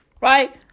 right